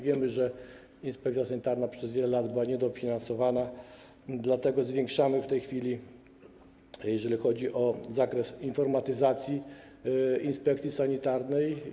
Wiemy, że inspekcja sanitarna przez wiele lat była niedofinansowana, dlatego zwiększamy w tej chwili zakres informatyzacji inspekcji sanitarnej.